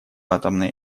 атомной